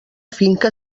finca